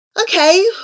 Okay